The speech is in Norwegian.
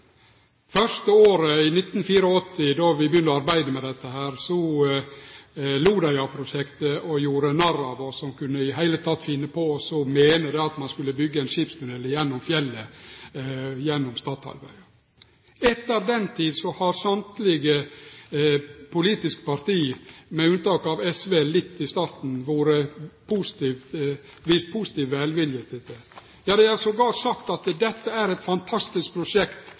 Første året, i 1984, då vi begynte arbeidet med dette, lo dei av prosjektet og gjorde narr av oss som i det heile kunne finne på å meine at ein skulle byggje ein skipstunnel gjennom fjellet, gjennom Stadhalvøya. Etter den tid har alle politiske parti, med unntak av SV litt i starten, vist positiv velvilje til prosjektet. Ja, det er attpåtil sagt at dette er eit fantastisk prosjekt